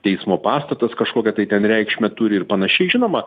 teismo pastatas kažkokią tai ten reikšmę turi ir panašiai žinoma